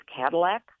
Cadillac